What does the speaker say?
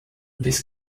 this